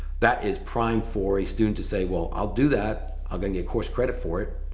that is prime for a student to say, well, i'll do that. i'm gonna course credit for it.